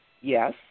yes